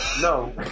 no